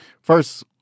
First